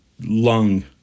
Lung